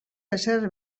ezer